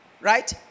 Right